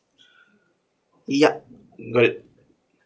ya good